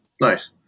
Nice